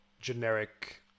generic